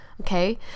okay